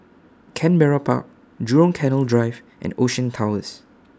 Canberra Park Jurong Canal Drive and Ocean Towers